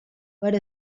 per